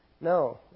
No